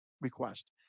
request